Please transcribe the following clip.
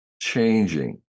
changing